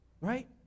Right